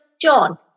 John